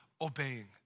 obeying